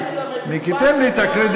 האמצע מטופל, מיקי, מיקי, תן לי את הקרדיט.